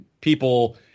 people